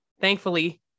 thankfully